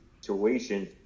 situation